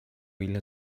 ile